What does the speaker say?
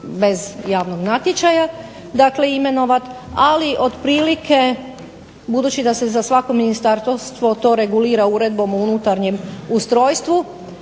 bez javnog natječaja. Dakle, imenovati ali otprilike budući da se to za svako ministarstvo regulira Uredbom o unutarnjem ustrojstvu,